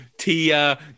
Tia